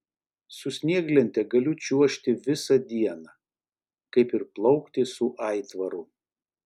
su snieglente galiu čiuožti visą dieną kaip ir plaukti su aitvaru